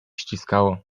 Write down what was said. ściskało